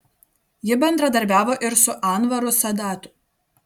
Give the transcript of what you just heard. ji bendradarbiavo ir su anvaru sadatu